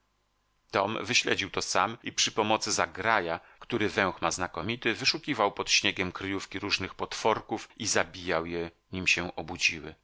mrozem tom wyśledził to sam i przy pomocy zagraja który węch ma znakomity wyszukiwał pod śniegiem kryjówki różnych potworków i zabijał je nim się obudziły